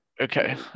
Okay